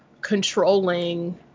controlling